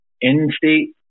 in-state